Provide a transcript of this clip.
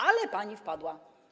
Ale pani wpadła.